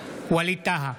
ווליד טאהא,